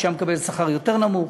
אישה מקבלת שכר יותר נמוך,